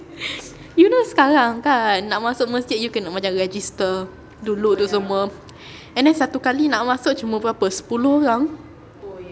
you know sekarang kan nak masuk masjid you kena macam register dulu tu semua and then satu kali nak masuk cuma berapa sepuluh orang